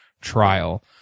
trial